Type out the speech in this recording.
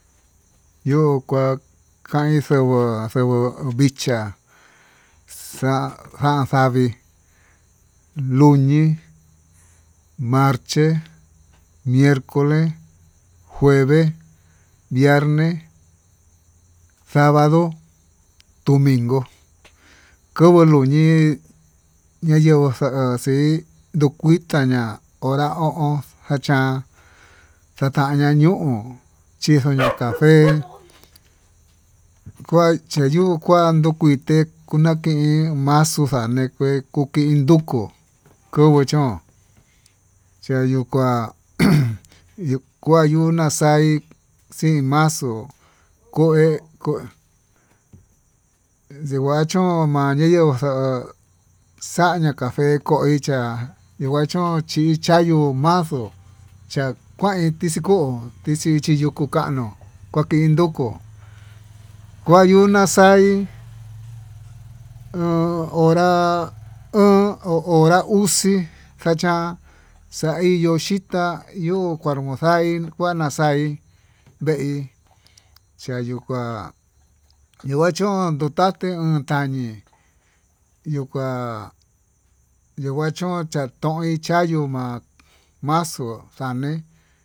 Yuu kua kan xangua xangua vicha'á xa'a xa savii luñi, marche, miercole, jueves, viernes, sabado, dominco, kava'a luñe'e ña'a yenguu xa'a xii ndukuitaña hora o'on chatan chataña ñu'u chijañii café kua chayuu kuan nduchité, kunaken maxuu xane'e kuu kindoko kangue chón chayuu kuá ¡uum! Yuu kua nuu naxaí, xii maxuu ko'é ndekuachón maneyo'o xa'á xaña café koí cha'á ndikuachón chiyayuu ma'á, xuu chakuain tixii ko'ó tixii chí yukuu kanuu kua kin ndokó kua yuu na'a xaí oon hora oon hora uxi, kachán xaiyo xii ta'á yo'ó kuanuxai kuana xaí veí chayuu ka'á yuu achón yuu taté yuu kañii yuu ka'a yuu kuá chón toin chayuu ma'á maxuu xa'ané.